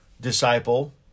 disciple